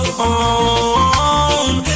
home